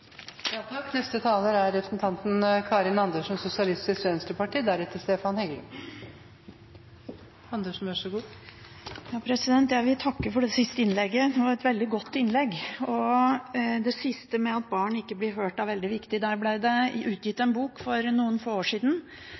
Jeg vil takke for det siste innlegget. Det var et veldig godt innlegg. Det siste, at barn ikke blir hørt, er veldig viktig. Det ble utgitt en bok for noen få år siden